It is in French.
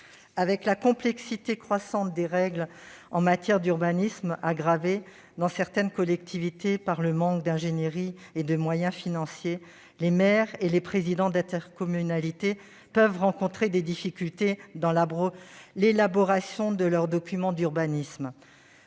Avec la complexité croissante des règles en matière d'urbanisme, aggravée dans certaines collectivités par le manque d'ingénierie et de moyens financiers, les maires et les présidents d'intercommunalité peuvent rencontrer des difficultés dans l'élaboration de leurs documents d'urbanisme.